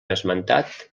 esmentat